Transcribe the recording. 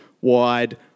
wide